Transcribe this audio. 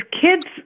kids